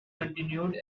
continued